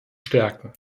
stärken